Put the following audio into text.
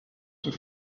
tout